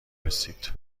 رسید